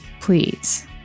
please